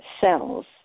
cells